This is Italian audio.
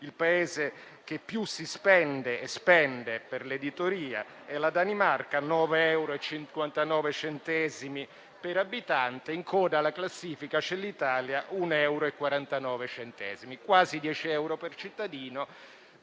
Il Paese che più si spende e spende per l'editoria è la Danimarca con 9,59 euro per abitante, in coda alla classifica c'è l'Italia con 1,49 euro: quasi 10 euro per cittadino